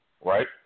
right